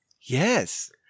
Yes